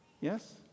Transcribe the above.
yes